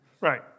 Right